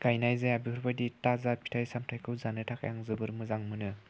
गायनाय जाया बेफोरबायदि ताजा फिथाइ सामथायखौ जानो थाखाय आं जोबोर मोजां मोनो